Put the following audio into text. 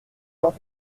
dans